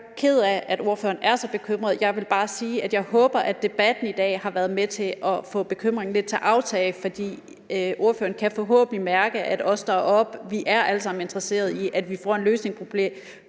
Jeg er jo ked af, at ordføreren er så bekymret. Jeg vil bare sige, at jeg håber, at debatten i dag har været med til at få bekymringen til at aftage lidt, fordi ordføreren forhåbentlig kan mærke, at alle os, der er her i dag, er interesserede i, at vi får en løsning på det